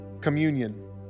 communion